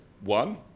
one